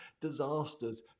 disasters